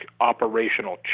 operational